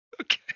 okay